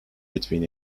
between